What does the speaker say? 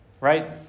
Right